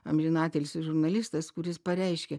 amžinatilsį žurnalistas kuris pareiškė